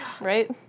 right